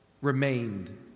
remained